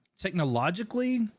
technologically